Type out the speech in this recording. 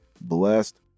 blessed